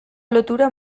lotura